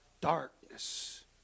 darkness